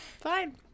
Fine